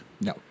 No